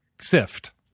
sift